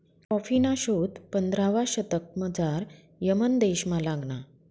कॉफीना शोध पंधरावा शतकमझाऱ यमन देशमा लागना